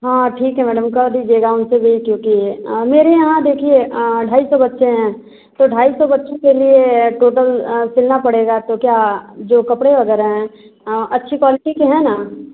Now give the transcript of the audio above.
हाँ ठीक है मैडम कर दीजिएगा उनसे भी क्योंकि मेरे यहाँ देखिए ढाई सौ बच्चे हैं तो ढाई सौ बच्चों के लिए टोटल सिलना पड़ेगा तो क्या जो कपड़े वगैरह हैं अच्छी क्वॉलिटी के हैं ना